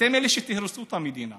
אתם אלה שתהרסו את המדינה.